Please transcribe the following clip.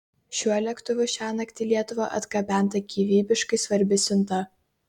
šiuo lėktuvu šiąnakt į lietuvą atgabenta gyvybiškai svarbi siunta